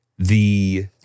the-